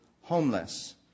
homeless